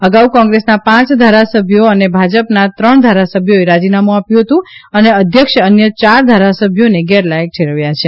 અગાઉ કોંગ્રેસના પાંચ ધારાસભ્યો અને ભાજપના ત્રણ ધારાસભ્યોએ રાજીનામું આપ્યું છે અને અધ્યક્ષે અન્ય યાર ધારાસભ્યોને ગેરલાયક ઠેરવ્યા છે